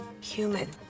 human